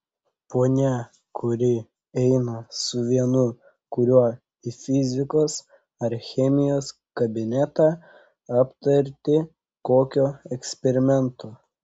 ponia kiuri eina su vienu kuriuo į fizikos ar chemijos kabinetą aptarti kokio eksperimento